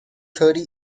thirty